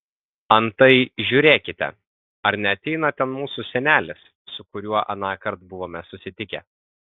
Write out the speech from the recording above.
antai žiūrėkite ar neateina ten mūsų senelis su kuriuo anąkart buvome susitikę